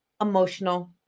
emotional